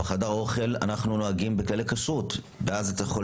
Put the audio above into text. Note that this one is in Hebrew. בחדר האוכל אנחנו נוהגים בכללי כשרות ואז אתה יכול